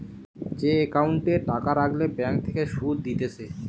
যে একাউন্টে টাকা রাখলে ব্যাঙ্ক থেকে সুধ দিতেছে